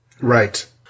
right